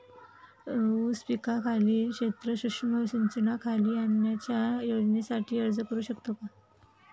ऊस पिकाखालील क्षेत्र सूक्ष्म सिंचनाखाली आणण्याच्या योजनेसाठी अर्ज करू शकतो का?